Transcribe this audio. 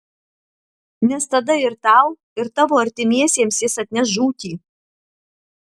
nes tada ir tau ir tavo artimiesiems jis atneš žūtį